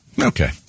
Okay